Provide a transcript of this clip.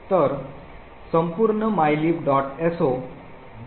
तर संपूर्ण mylib